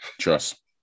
Trust